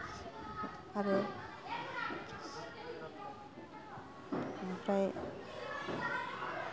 आरो ओमफ्राय